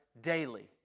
daily